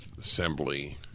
assembly